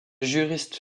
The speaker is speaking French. juristes